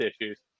issues